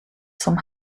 zum